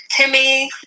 Timmy